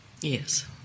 Yes